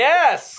Yes